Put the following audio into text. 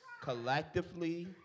Collectively